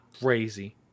crazy